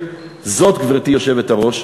גברתי היושבת-ראש,